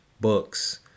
books